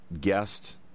guest